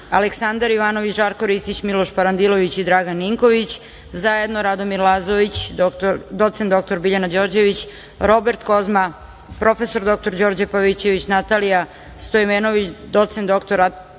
Aleksandar Ivanović, Žarko Ristić, Miloš Parandilović i Dragan Ninković, zajedno Radomir Lazović, docent dr Biljana Đorđević, Robert Kozma, prof. dr Đorđe Pavićević, Natalija Stojmenović, docent dr